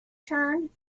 turn